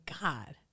God